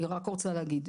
אני רק רוצה להגיד.